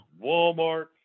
Walmart